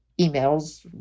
emails